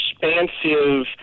expansive